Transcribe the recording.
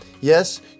Yes